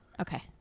Okay